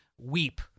weep